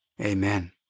Amen